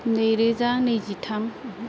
नैरोजा नैजिथाम